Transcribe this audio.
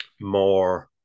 more